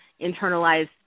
internalized